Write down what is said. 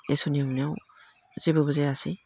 इसोरनि अननायाव जेबोबो जायासै